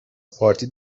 پارتی